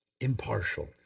impartial